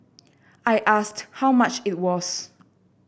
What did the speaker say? I asked how much it was